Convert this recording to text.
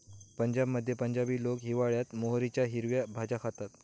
पंजाबमध्ये पंजाबी लोक हिवाळयात मोहरीच्या हिरव्या भाज्या खातात